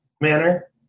manner